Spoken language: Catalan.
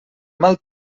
mal